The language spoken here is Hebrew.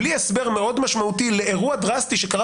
בלי הסבר מאוד משמעותי לאירוע דרסטי שקרה